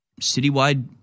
citywide